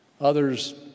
Others